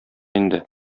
инде